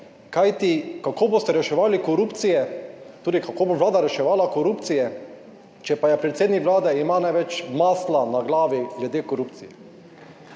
Kajti, kako boste reševali korupcijo, torej, kako bo Vlada reševala korupcijo, če pa predsednik Vlade, ima največ masla na glavi glede korupcije.